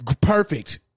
Perfect